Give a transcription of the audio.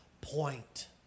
point